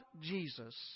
Jesus